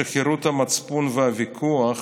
שחירות המצפון והוויכוח